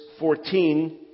14